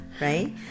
Right